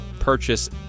Purchase